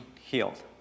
healed